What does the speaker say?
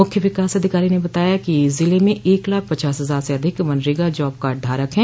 मुख्य विकास अधिकारी ने बताया है कि जिले में एक लाख पचास हजार से अधिक मनरेगा जॉब कार्ड धारक है